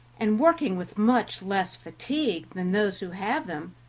and work with much less fatigue than those who have them